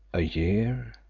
a year,